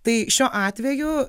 tai šiuo atveju